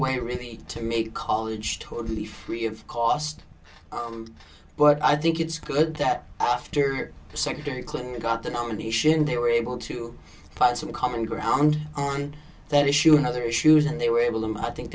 way really to make college totally free of cost but i think it's good that after secretary clinton got the nomination they were able to find some common ground on that issue how their issues and they were able them i think